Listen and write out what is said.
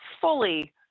fully